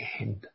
end